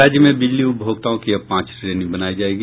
राज्य में बिजली उपभोक्ताओं की अब पांच श्रेणी बनायी जायेगी